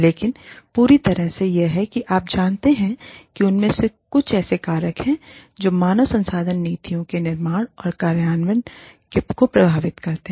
लेकिन पूरी तरह से यह है कि आप जानते हैं कि इनमें से कुछ ऐसे कारक हैं जो मानव संसाधन नीतियों के निर्माण और कार्यान्वयन को प्रभावित करते हैं